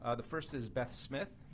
ah the first is beth smith.